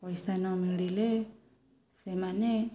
ପଇସା ନ ମିଳିଲେ ସେମାନେ